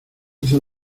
hizo